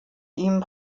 ihm